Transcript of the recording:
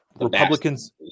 Republicans